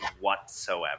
whatsoever